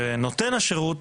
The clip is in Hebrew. ונותן השירות